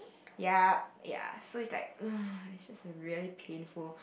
yup ya so it's like it's just really painful